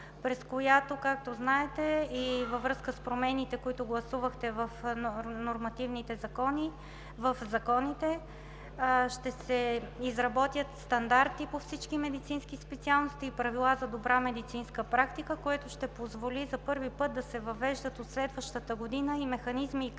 през настоящата година. Във връзка с промените, които гласувахте в законите, ще се изработят стандарти по всички медицински специалности и правила за добра медицинска практика, което ще позволи за първи път да се въвеждат от следващата година и механизми и критерии